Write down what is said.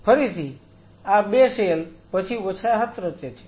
ફરીથી આ 2 સેલ પછી વસાહત રચે છે